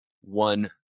one